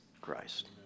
Christ